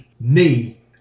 knee